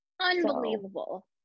unbelievable